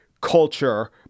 culture